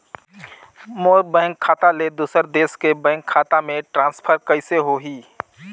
मोर bank खाता ले दुसर देश के बैंक खाता मे ट्रांसफर कइसे होही?